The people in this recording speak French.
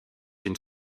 une